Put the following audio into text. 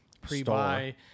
pre-buy